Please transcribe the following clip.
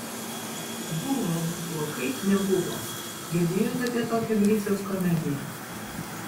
buvo buvo kaip nebuvo girdėjote apie tokią griciaus komediją